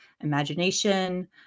imagination